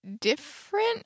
different